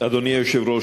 אדוני היושב-ראש,